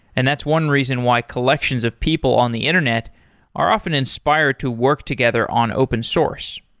and that's one reason why collections of people on the internet are often inspired to work together on open source.